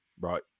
right